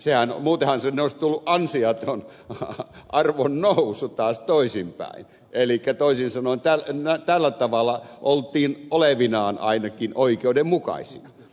muutenhan sinne olisi tullut ansioton arvonnousu taas toisinpäin elikkä toisin sanoen tällä tavalla oltiin olevinaan ainakin oikeudenmukaisia